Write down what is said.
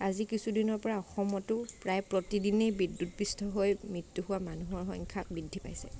আজি কিছুদিনৰ পৰা অসমতো প্ৰায় প্ৰতিদিনে বিদ্যুৎপৃষ্ট হৈ মৃত্যু হোৱা মানুহৰ সংখ্যা বৃদ্ধি পাইছে